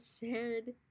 shared